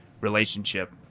relationship